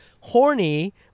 Horny